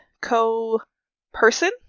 co-person